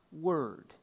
word